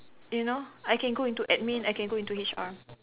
you know I can go into admin I can go into H_R